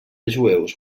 jueus